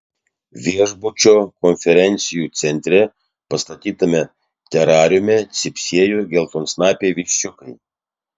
viešbučio konferencijų centre pastatytame terariume cypsėjo geltonsnapiai viščiukai